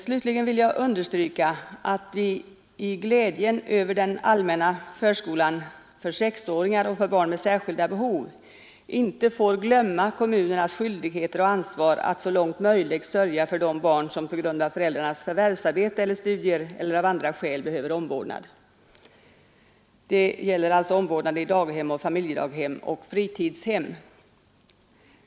Slutligen vill jag understryka att vi i glädjen över den allmänna förskolan för sexåringar och för barn med särskilda behov inte får glömma kommunernas skyldigheter och ansvar att så långt möjligt sörja för de barn som på grund av föräldrarnas förvärvsarbete, studier eller av andra skäl behöver omvårdnad. Jag tänker alltså på omvårdnad i daghem, familjedaghem och fritidshem.